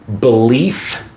belief